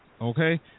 okay